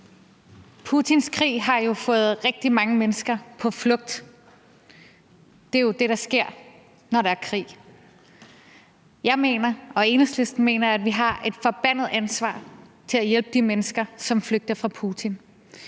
Putins krig har drevet rigtig mange mennesker på flugt – det er jo det, der sker, når der er krig. Jeg og Enhedslisten mener, at vi har et forbandet ansvar for at hjælpe de mennesker, som flygter fra Putin.